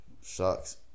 Sucks